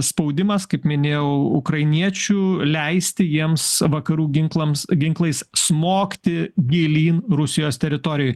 spaudimas kaip minėjau ukrainiečių leisti jiems vakarų ginklams ginklais smogti gilyn rusijos teritorijoj